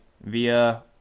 Via